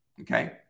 Okay